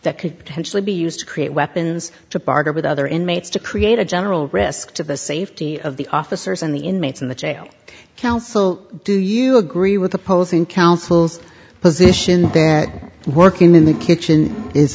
that could potentially be used to create weapons to barter with other inmates to create a general risk to the safety of the officers and the inmates in the jail counsel do you agree with opposing counsel's position and working in the kitchen is